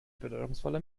bedeutungsvoller